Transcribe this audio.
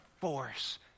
force